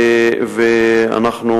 ואנחנו